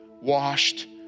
washed